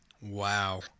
Wow